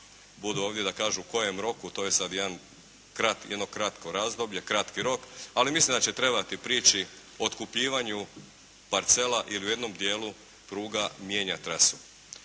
budu ovdje da kažu u kojem roku. To je sad jedan, jedno kratko razdoblje, kratki rok. Ali mislim da će trebati prići otkupljivanju parcela jer u jednom dijelu pruga mijenja trasu.